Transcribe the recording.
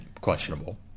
questionable